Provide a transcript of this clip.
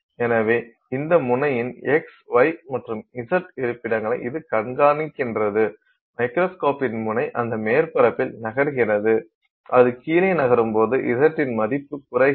எனவே இந்த முனையின் XY மற்றும் Z இருப்பிடங்களை இது கண்காணிக்கிறது மைக்ரோஸ்கோப்பின் முனை அந்த மேற்பரப்பில் நகர்கிறது அது கீழே நகரும்போது Z மதிப்பு குறைகிறது